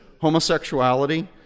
homosexuality